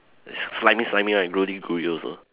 s~ slimy slimy right gluey gluey also